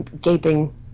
gaping